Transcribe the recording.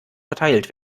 verteilt